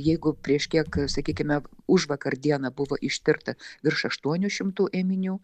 jeigu prieš kiek sakykime užvakar dieną buvo ištirta virš aštuonių šimtų ėminių